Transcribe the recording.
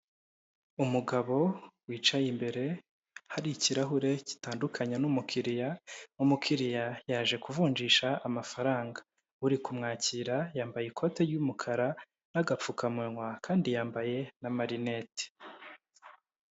Umugabo wicaye imbere hari ikirahure gitandukanye n'umukiriya, uwo mukiriya yaje kuvunjisha amafaranga, uri kumwakira yambaye ikote ry'umukara n'agapfukamunwa kandi yambaye na marinete.